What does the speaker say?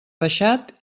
baixat